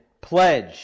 pledge